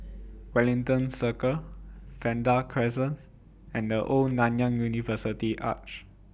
Wellington Circle Vanda Crescent and The Old Nanyang University Arch